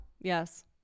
Yes